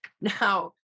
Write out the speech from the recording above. Now